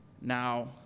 Now